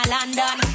London